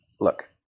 Look